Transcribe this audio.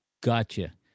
Gotcha